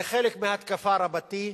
זה חלק מהתקפה רבתי,